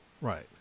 right